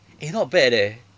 eh not bad eh